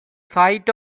site